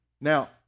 Now